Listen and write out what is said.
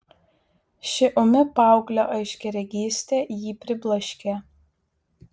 ši ūmi paauglio aiškiaregystė jį pribloškė